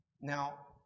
Now